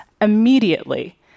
immediately